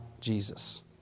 Jesus